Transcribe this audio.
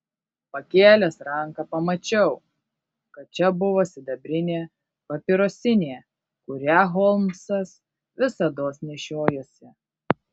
pakėlęs ranką pamačiau kad čia buvo sidabrinė papirosinė kurią holmsas visados nešiojosi